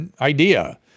idea